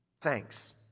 thanks